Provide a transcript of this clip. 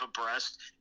abreast